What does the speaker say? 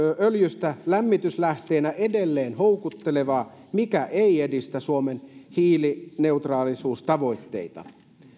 öljystä lämmityslähteenä edelleen houkuttelevan mikä ei edistä suomen hiilineutraalisuustavoitteita